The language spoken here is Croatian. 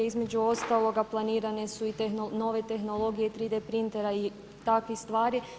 Između ostalog planirane su i nove tehnologije 3D printera i takvih stvari.